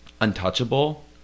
untouchable